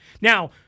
Now